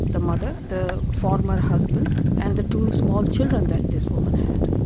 the mother, the former husband and the two small children that this woman had.